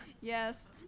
Yes